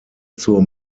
zur